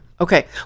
Okay